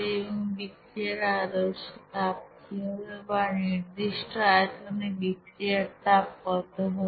এবং বিক্রিয়ার আদর্শ তাপ কি হবে বা নির্দিষ্ট আয়তনে বিক্রিয়ার তাপ কত হবে